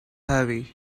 heavy